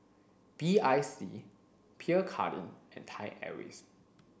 B I C Pierre Cardin and Thai Airways